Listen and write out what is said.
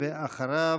אחריו,